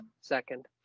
second